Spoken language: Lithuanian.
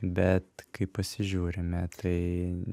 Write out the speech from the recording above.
bet kai pasižiūrime tai